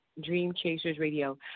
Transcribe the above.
dreamchasersradio